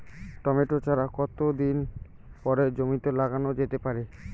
Tomato চারা কতো দিন পরে জমিতে লাগানো যেতে পারে?